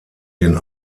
den